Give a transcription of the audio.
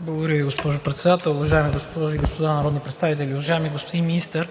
Благодаря Ви, госпожо Председател. Уважаеми госпожи и господа народни представители! Уважаеми господин Министър,